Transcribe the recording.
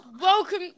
welcome